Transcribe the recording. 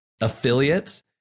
affiliates